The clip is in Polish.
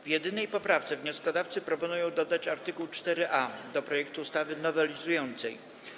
W jedynej poprawce wnioskodawcy proponują dodać art. 4a do projektu ustawy nowelizującej.